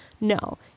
no